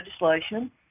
legislation